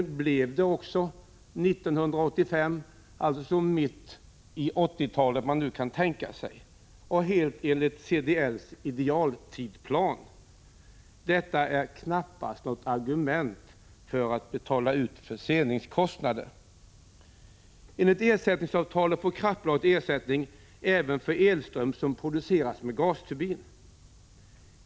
Det blev också idrifttagning 1985 — dvs. så mitt i 1980-talet som tänkas kan — helt enligt CDL:s idealtidplan. Detta är knappast något argument för att betala ut förseningskostnader. Enligt ersättningsavtalet får kraftbolagen ersättning även för elström som produceras med gasturbin.